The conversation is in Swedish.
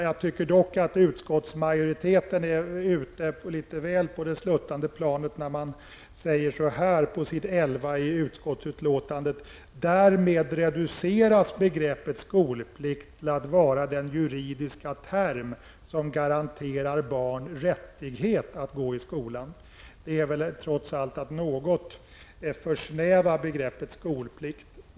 Jag tycker dock att utskottsmajoriteten är ute litet väl mycket på det sluttande planet när man säger i utskottsbetänkandet: ''Därmed reduceras begreppet skolplikt till att vara den juridiska term som garanterar barn rättighet att gå i skolan.'' Det är väl trots allt att något försnäva begreppet skolplikt.